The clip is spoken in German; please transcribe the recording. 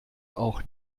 auch